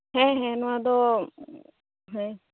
ᱦᱮᱸ ᱦᱮᱸ ᱱᱚᱣᱟ ᱫᱚ ᱦᱮᱸ